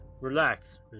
Relax